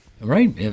Right